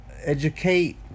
educate